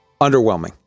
underwhelming